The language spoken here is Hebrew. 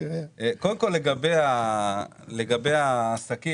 כל, לגבי העסקים,